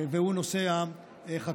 והוא נושא החקלאות.